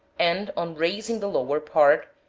and on raising the lower part,